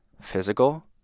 physical